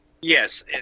yes